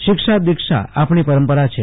શિક્ષા દિક્ષા આપણી પરંપરા છે